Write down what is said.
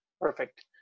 Perfect